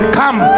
come